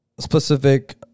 Specific